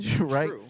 Right